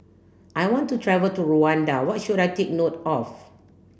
I want to travel to Rwanda what should I take note of